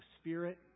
Spirit